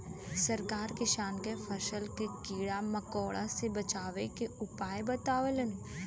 सरकार किसान के फसल के कीड़ा मकोड़ा से बचावे के उपाय बतावलन